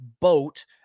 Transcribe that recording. boat